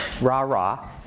rah-rah